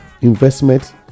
investment